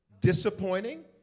disappointing